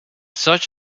such